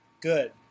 good